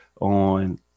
on